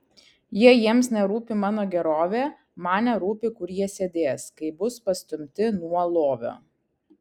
jei jiems nerūpi mano gerovė man nerūpi kur jie sėdės kai bus pastumti nuo lovio